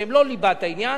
שהם לא ליבת העניין,